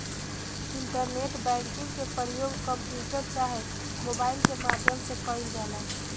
internet banking के परयोग computer चाहे मोबाइल के माध्यम से कईल जाला